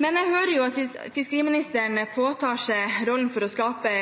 Jeg hører at fiskeriministeren påtar seg rollen med å skape